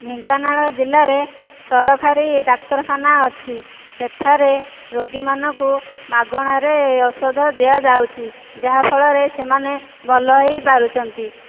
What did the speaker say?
ଢେଙ୍କାନାଳ ଜିଲ୍ଲାରେ ସରକାରୀ ଡାକ୍ତରଖାନା ଅଛି ସେଠାରେ ରୋଗୀମାନଙ୍କୁ ମାଗଣାରେ ଔଷଧ ଦିଆଯାଉଛି ଯାହା ଫଳରେ ସେମାନେ ଭଲ ହୋଇପାରୁଛନ୍ତି